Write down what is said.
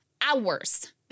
hours